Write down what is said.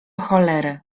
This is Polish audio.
cholery